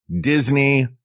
Disney